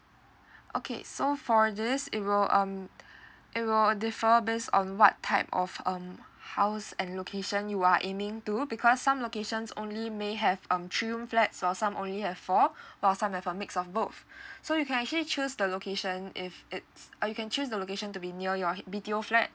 okay so for this it will um it will differ base on what type of um house and location you are aiming to because some locations only may have um three room flats or some only have four or some have a mix of both so you can actually choose the location if it's uh you can choose the location to be near your h~ B_T_O flat